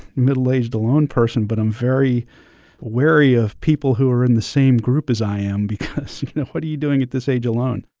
middle-aged, alone person, but i'm very wary of people who are in the same group as i am because, you know, what are you doing at this age alone?